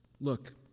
Look